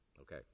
Okay